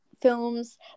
films